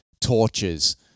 torches